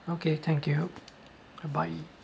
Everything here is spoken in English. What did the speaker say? okay thank you bye bye